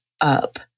up